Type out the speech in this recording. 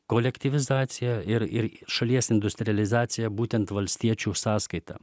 kolektyvizacija ir ir šalies industrializacija būtent valstiečių sąskaita